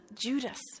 Judas